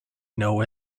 know